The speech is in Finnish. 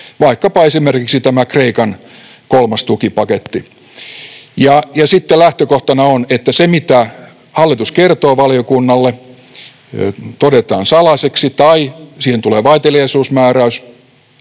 vaikkapa tämä Kreikan kolmas tukipaketti, ja sitten lähtökohtana on, että se, mitä hallitus kertoo valiokunnalle, todetaan salaiseksi tai siihen tulee vaiteliaisuusmääräys